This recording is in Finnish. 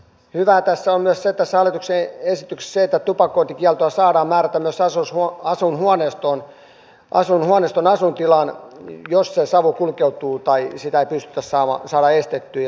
hyvää tässä hallituksen esityksessä on myös se että tupakointikielto saadaan määrätä myös asuinhuoneiston asuintilaan jos se savu kulkeutuu tai sitä ei pystytä saamaan estettyä